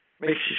makes